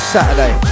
Saturday